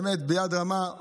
באמת, ביד רמה.